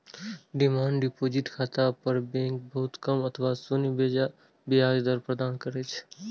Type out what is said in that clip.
demand deposit खाता पर bank बहुत कम अथवा शून्य ब्याज दर प्रदान करै छै